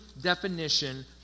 definition